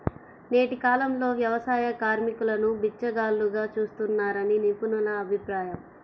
నేటి కాలంలో వ్యవసాయ కార్మికులను బిచ్చగాళ్లుగా చూస్తున్నారని నిపుణుల అభిప్రాయం